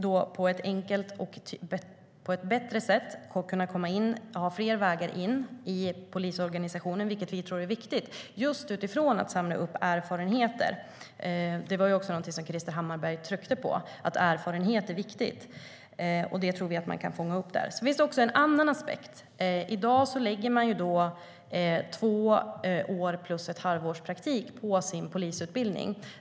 Då kan de på ett bättre sätt komma in och få fler vägar in i polisorganisationen, vilket vi tror är viktigt, just utifrån att samla upp erfarenheter. Det var också någonting som Krister Hammarbergh tryckte på - erfarenhet är viktigt. Det tror vi att man kan fånga upp där. Det finns också en annan aspekt. I dag lägger man två år plus ett halvårs praktik på sin polisutbildning.